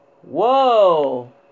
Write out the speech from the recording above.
Whoa